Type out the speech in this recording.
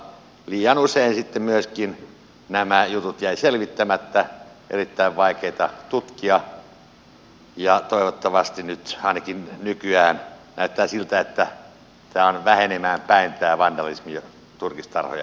liian usein myöskin nämä jutut jäivät selvittämättä olivat erittäin vaikeita tutkia ja toivottavasti nyt ainakin nykyään näyttää siltä on vähenemään päin tämä vandalismi turkistarhoja